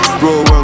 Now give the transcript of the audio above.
Bro